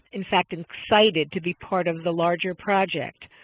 in fact, and excited to be part of the larger project?